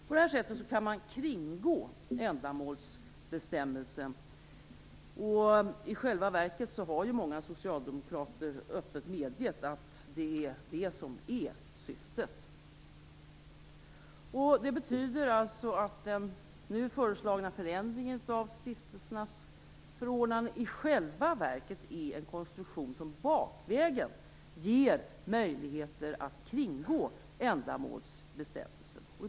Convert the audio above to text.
På det här sättet kan man kringgå ändamålsbestämmelsen, och i själva verket har många socialdemokrater öppet medgett att det är det som är syftet. Det betyder alltså att den nu föreslagna förändringen av stiftelsernas förordnanden i själva verket är en konstruktion som bakvägen ger möjligheter att kringgå ändamålsbestämmelsen.